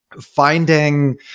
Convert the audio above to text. finding